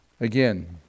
Again